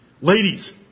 Ladies